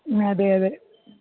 അതെയതെ